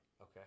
Okay